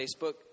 Facebook